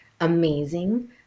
amazing